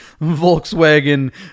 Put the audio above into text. Volkswagen